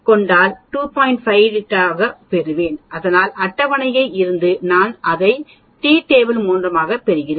58 ஐப் பெறுவேன் அதனால் அட்டவணையில் இருந்து நான் உங்களுக்கு டி டேபிள் என்று ஒரு அட்டவணையைக் காண்பிப்பேன் அது மிகவும் பயனுள்ளதாக இருக்கும்